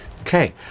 Okay